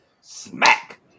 smack